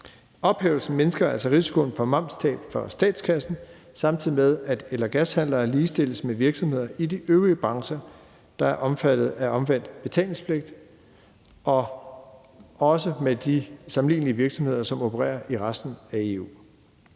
Ophævelsen mindsker altså risikoen for momstab for statskassen, samtidig med at el- og gashandlere ligestilles med virksomheder i de øvrige brancher, der er omfattet af omvendt betalingspligt, og også med de sammenlignelige virksomheder, som opererer i resten af EU.